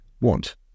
want